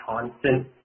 constant